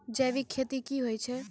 जैविक खेती की होय छै?